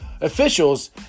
officials